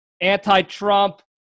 anti-Trump